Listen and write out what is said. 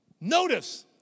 Notice